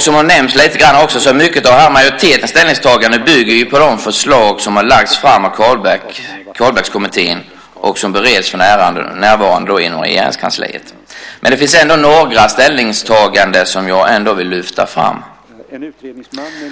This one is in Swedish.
Som har nämnts lite grann bygger mycket av majoritetens ställningstagande på de förslag som har lagts fram av Carlbeckkommittén och som för närvarande bereds inom Regeringskansliet. Men det finns några ställningstaganden som jag vill lyfta fram.